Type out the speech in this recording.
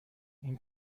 این